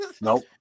Nope